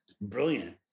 brilliant